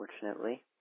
unfortunately